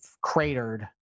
cratered